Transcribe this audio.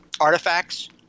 Artifacts